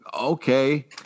Okay